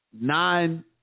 nine